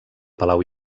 palau